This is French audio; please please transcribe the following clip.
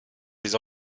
des